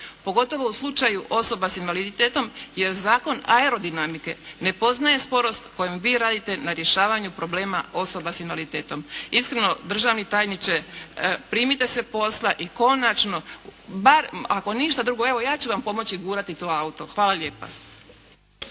pogotovo u slučaju osoba sa invaliditetom jer zakon aerodinamike ne poznaje sporost kojom vi radite na rješavanju problema osoba sa invaliditetom. Iskreno državni tajniče, primite se posla i konačno bar ako ništa drugo, evo ja ću vam pomoći gurati to auto. Hvala lijepa.